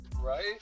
Right